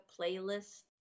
playlist